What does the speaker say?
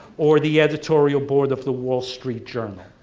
or the editorial board of the wall street journal.